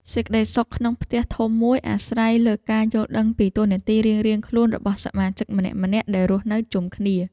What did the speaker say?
សេចក្តីសុខក្នុងផ្ទះធំមួយអាស្រ័យលើការយល់ដឹងពីតួនាទីរៀងៗខ្លួនរបស់សមាជិកម្នាក់ៗដែលរស់នៅជុំគ្នា។